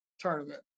tournament